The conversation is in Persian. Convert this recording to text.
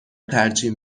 ترجیح